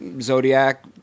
Zodiac